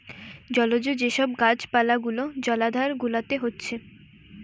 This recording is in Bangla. জলজ যে সব গাছ পালা গুলা জলাধার গুলাতে হচ্ছে